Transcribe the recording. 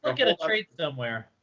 um get a trade somewhere.